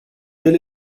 tel